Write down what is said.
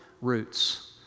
roots